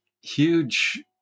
huge